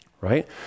right